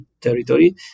territory